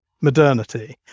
modernity